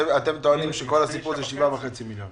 אתם טוענים שכל הסיפור זה 7.5 מיליון.